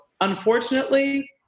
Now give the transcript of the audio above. unfortunately